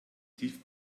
tief